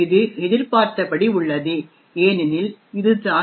இது எதிர்பார்த்தபடி உள்ளது ஏனெனில் இதுதான் driver